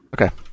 Okay